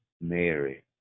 Mary